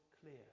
clear